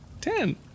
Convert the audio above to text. Ten